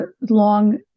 long